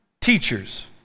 teachers